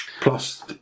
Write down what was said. Plus